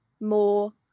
more